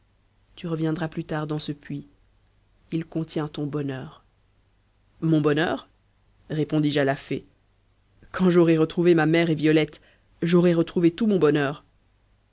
tu reviendras plus tard dans ce puits il contient ton bonheur mon bonheur répondis-je à la fée quand j'aurai retrouvé ma mère et violette j'aurai retrouvé tout mon bonheur